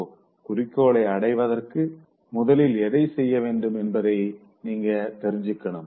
so குறிக்கோளை அடைவதற்கு முதலில் எதை செய்ய வேண்டும் என்பதை நீங்க தெரிஞ்சுக்கணும்